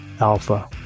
alpha